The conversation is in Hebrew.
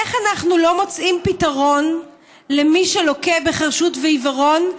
איך אנחנו לא מוצאים פתרון למי שלוקה בחירשות ועיוורון,